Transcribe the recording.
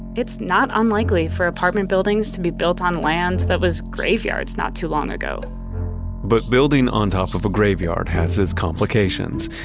it's not unlikely for apartment buildings to be built on land that was graveyards not too long ago but building on top of a graveyard has its complications.